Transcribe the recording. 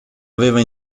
aveva